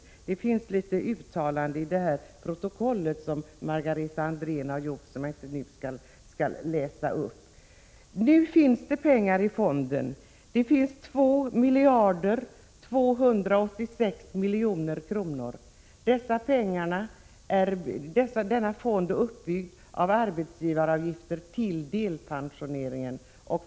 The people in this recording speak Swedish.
I detta protokoll finns några olika uttalanden av Margareta Andrén som jag inte nu skall läsa upp. Nu finns det pengar i fonden. Det finns 2 286 000 000 kr. Denna fond är uppbyggd av arbetsgivaravgifter till delpensioneringen.